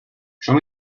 show